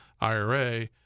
IRA